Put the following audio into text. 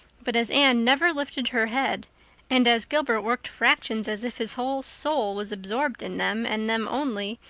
but as anne never lifted her head and as gilbert worked fractions as if his whole soul was absorbed in them and them only,